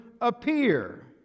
appear